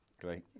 Great